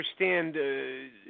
understand